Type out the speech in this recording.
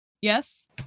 Yes